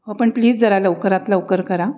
हो पण प्लीज जरा लवकरात लवकर करा